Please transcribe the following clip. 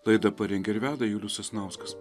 laidą parengė ir veda julius sasnauskas